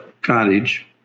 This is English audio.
cottage